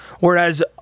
Whereas